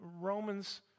Romans